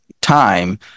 time